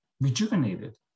rejuvenated